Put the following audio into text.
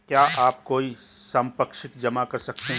क्या आप कोई संपार्श्विक जमा कर सकते हैं?